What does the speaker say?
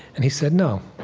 and he said, no.